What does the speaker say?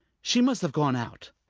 she must have gone out.